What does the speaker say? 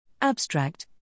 Abstract